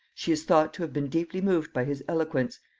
she is thought to have been deeply moved by his eloquence,